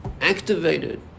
activated